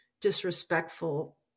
disrespectful